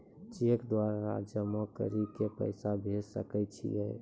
Cheque द्वारा जमा करि के पैसा भेजै सकय छियै?